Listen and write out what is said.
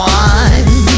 one